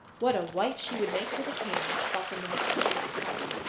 what a wife she would make for the king thought the minister to himself,